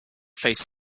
faced